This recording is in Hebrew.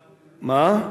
מה?